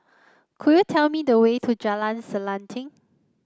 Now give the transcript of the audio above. could you tell me the way to Jalan Selanting